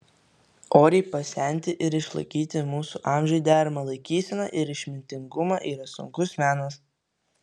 oriai pasenti ir išlaikyti mūsų amžiui deramą laikyseną ir išmintingumą yra sunkus menas